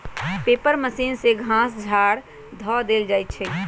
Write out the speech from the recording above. paper machine में घास झाड़ ध देल जाइ छइ